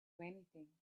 anything